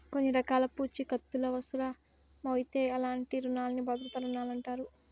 కొన్ని రకాల పూఛీకత్తులవుసరమవుతే అలాంటి రునాల్ని భద్రతా రుణాలంటారు